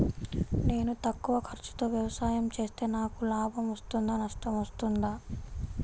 నేను తక్కువ ఖర్చుతో వ్యవసాయం చేస్తే నాకు లాభం వస్తుందా నష్టం వస్తుందా?